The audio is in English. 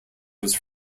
was